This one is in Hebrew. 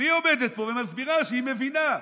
והיא עומדת ומסבירה שהיא מבינה.